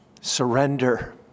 Surrender